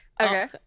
Okay